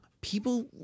People